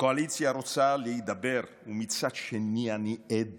הקואליציה רוצה להידבר, ומצד שני אני עד